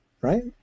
Right